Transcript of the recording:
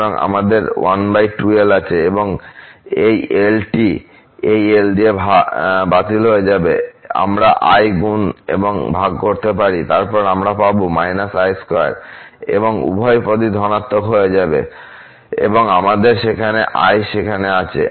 সুতরাং আমাদের 12l আছে এবং এই l টি এই l দিয়ে বাতিল হয়ে যাবে আমরা i দ্বারা গুন এবং ভাগ করতে পারি সুতরাং আমরা পাব −i2 এবং উভয় পদই ধনাত্মক হয়ে যাবে এবং আমাদের I সেখানে আছে